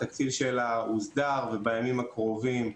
התקציב שלה הוסדר ובימים הקרובים,